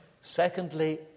Secondly